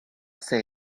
say